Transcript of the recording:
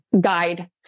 guide